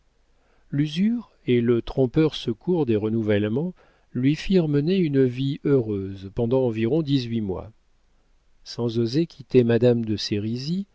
l'usure et le trompeur secours des renouvellements lui firent mener une vie heureuse pendant environ dix-huit mois sans oser quitter madame de